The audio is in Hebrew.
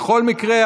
בכל מקרה,